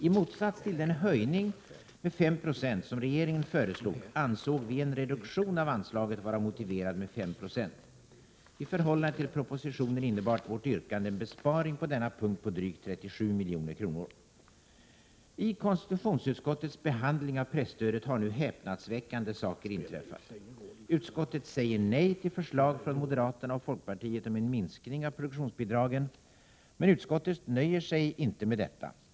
I motsats till den höjning med 5 96 som regeringen föreslog ansåg vi en reduktion av anslaget med 5 20 vara motiverad. I förhållande till propositionen innebar vårt yrkande en besparing på denna punkt på drygt 37 milj.kr. I konstitutionsutskottets behandling av presstödet har nu häpnadsväckande saker inträffat. Utskottet säger nej till förslag från moderaterna och folkpartiet om en minskning av produktionsbidragen. Men utskottet nöjer sig inte med detta.